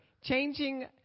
changing